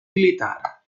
militar